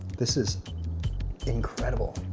this is incredible.